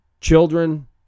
children